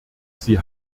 sie